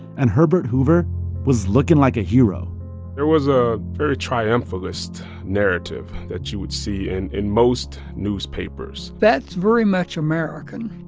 and herbert hoover was looking like a hero there was a very triumphalist narrative that you would see and in most newspapers that's very much american.